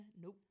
Nope